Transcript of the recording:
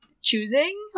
choosing